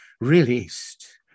released